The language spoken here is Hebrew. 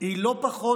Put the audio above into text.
היא לא פחות